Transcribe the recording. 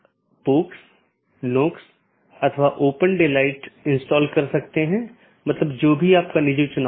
तो यह ऐसा नहीं है कि यह OSPF या RIP प्रकार के प्रोटोकॉल को प्रतिस्थापित करता है